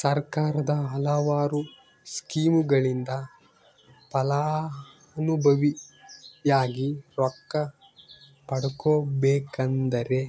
ಸರ್ಕಾರದ ಹಲವಾರು ಸ್ಕೇಮುಗಳಿಂದ ಫಲಾನುಭವಿಯಾಗಿ ರೊಕ್ಕ ಪಡಕೊಬೇಕಂದರೆ